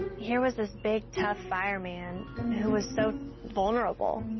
here was this big, tough fireman who was so vulnerable.